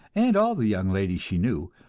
and all the young ladies she knew,